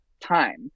time